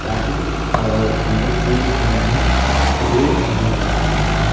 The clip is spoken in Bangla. প্রাকৃতিক সম্পদগুলির মধ্যে এগুলোই আমার বলার ছিল